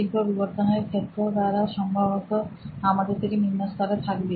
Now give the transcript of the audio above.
শিল্প বিবর্তনের ক্ষেত্রেও তারা সম্ভবত আমাদের থেকে নিম্ন স্তরে থাকবে